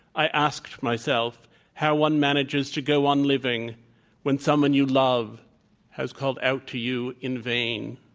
i asked myself how one manages to go on living when someone you love has called out to you in vain?